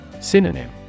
Synonym